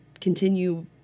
continue